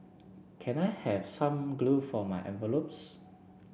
can I have some glue for my envelopes